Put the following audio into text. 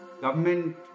Government